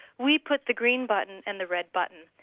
we put the green button and the red button,